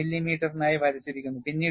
6 മില്ലിമീറ്ററിനായി വരച്ചിരിക്കുന്നു